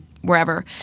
wherever